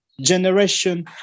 generation